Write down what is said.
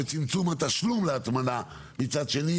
וצמצום התשלום להטמנה מצד שני,